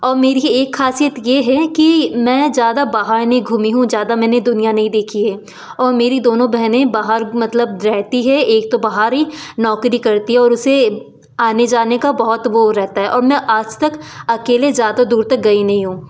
और मेरी एक ख़ासियत यह है कि मैं ज़्यादा बाहर नहीं घूमी हूँ ज़्यादा मैंने दुनिया नहीं देखी है और मेरी दोनों बहने बाहर मतलब रहती है एक तो बाहर ही नौकरी करती है और उसे आने जाने का बहुत वह रहता है और मैं आज तक अकेले ज़्यादा दूर तक गई नहीं हूँ